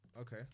Okay